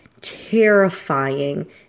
terrifying